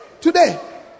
Today